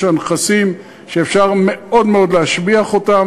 יש לה נכסים שאפשר מאוד להשביח אותם,